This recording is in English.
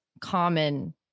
common